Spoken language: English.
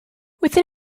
within